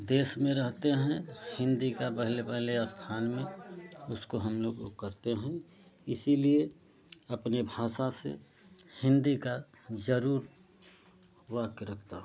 देश में रहते हैं हिंदी का पहले पहले स्थान में उसको हम लोग को करते हैं इसलिए अपनी भाषा से हिंदी का ज़रूर वाक्य रखता हूँ